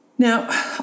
Now